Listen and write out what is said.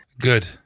Good